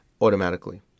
automatically